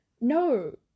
No